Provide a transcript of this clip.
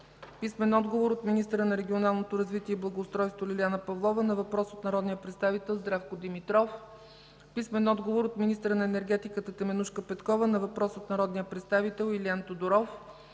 Георгиева; - министъра на регионалното развитие и благоустройството Лиляна Павлова на въпрос от народния представител Здравко Димитров; - министъра на енергетиката Теменужка Петкова на въпрос от народния представител Илиан Тодоров;